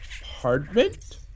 Apartment